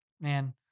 man